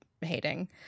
hating